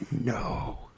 No